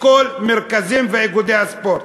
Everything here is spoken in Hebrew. בכל המרכזים ואיגודי הספורט.